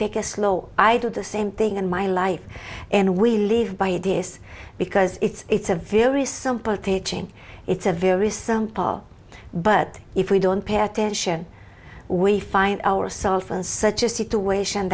take a slow i do the same thing in my life and we live by this because it's a very simple teaching it's a very simple but if we don't pay attention we find ourselves in such a situation